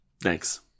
Thanks